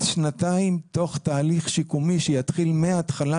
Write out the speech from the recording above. שנתיים תוך תהליך שיקומי שיתחיל מהתחלה,